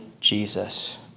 Jesus